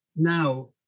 now